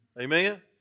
Amen